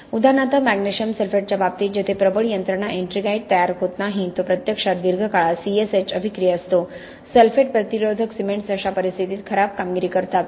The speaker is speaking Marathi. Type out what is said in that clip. उदाहरणार्थ मॅग्नेशियम सल्फेटच्या बाबतीत जेथे प्रबळ यंत्रणा एट्रिंगाइट तयार होत नाही तो प्रत्यक्षात दीर्घकाळात C S H अभिक्रिया असतो सल्फेट प्रतिरोधक सिमेंट्स अशा परिस्थितीत खराब कामगिरी करतात